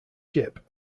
ship